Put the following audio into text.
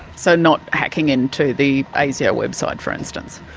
so not hacking into the asio website, for instance?